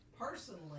personally